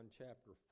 chapter